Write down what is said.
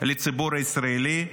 לציבור הישראלי,